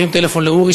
הרים טלפון לאורי,